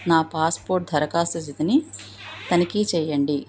నా పాస్పోర్ట్ దరఖాస్తు స్థితిని తనిఖీ చేయండి